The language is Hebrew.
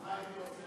ובעיקר